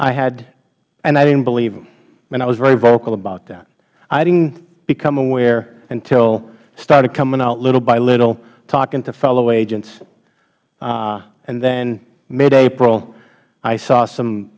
i hadh and i didn't believe them and i was very vocal about that i didn't become aware until it started coming out little by little talking to fellow agents and then midapril i saw some